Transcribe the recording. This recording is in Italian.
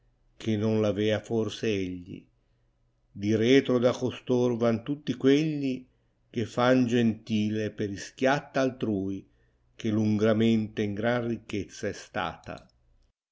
che non v avea forse egli di retro da costor van tutti quegli che fan gentile per ischiatta arui che lungamente in gran ricchezza è stata